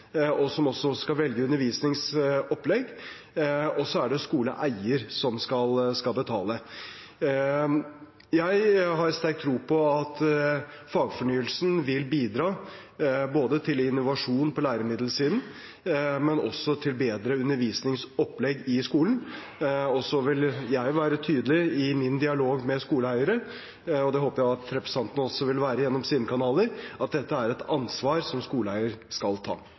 og som også skal velge undervisningsopplegg, og så er det skoleeier som skal betale. Jeg har sterk tro på at fagfornyelsen vil bidra til innovasjon på læremiddelsiden, men også til bedre undervisningsopplegg i skolen. Jeg vil være tydelig i min dialog med skoleeiere, og det håper jeg at representanten også vil være gjennom sine kanaler, på at dette er et ansvar som skoleeier skal ta.